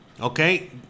okay